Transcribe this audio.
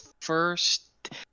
first